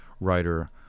writer